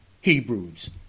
Hebrews